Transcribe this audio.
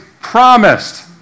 promised